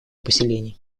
поселений